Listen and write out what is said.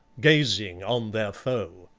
gazing on their foe.